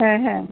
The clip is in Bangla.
হ্যাঁ হ্যাঁ